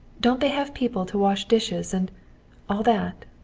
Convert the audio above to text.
don't they have people to wash dishes and all that?